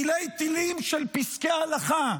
תילי-תלים של פסקי הלכה,